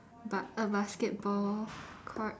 ba~ a basketball court